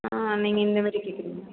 ஆ நீங்கள் இந்த மாரி கேட்குறீங்களா